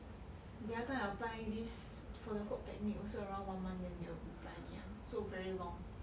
the other time I apply this for the Hope Technik also around one month then they will reply me [one] so very long